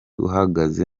uhagaze